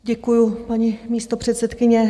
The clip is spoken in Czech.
Děkuji, paní místopředsedkyně.